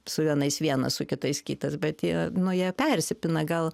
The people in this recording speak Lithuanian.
su vienais vienas su kitais kitas bet jie nu jie persipina gal